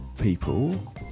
people